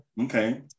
Okay